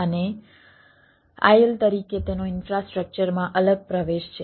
અને આયલ તરીકે તેનો ઇન્ફ્રાસ્ટ્રક્ચરમાં અલગ પ્રવેશ છે